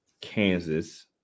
kansas